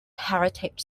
heritage